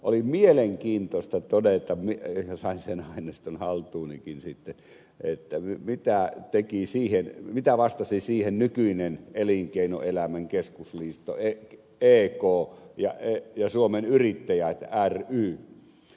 oli mielenkiintoista todeta ja sain sen aineiston haltuunikin sitten mitä vastasivat siihen nykyinen elinkeinoelämän keskusliitto ek ja suomen yrittäjät rekisteröity yhdistys